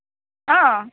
অঁ